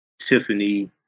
Tiffany